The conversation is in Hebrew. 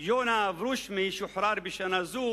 יונה אברושמי שוחרר בשנה זו